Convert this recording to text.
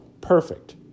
perfect